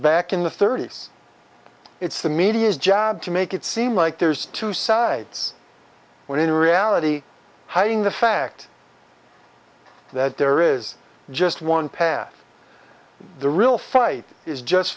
back in the thirty's it's the media's job to make it seem like there's two sides when in reality hiding the fact that there is just one path the real fight is just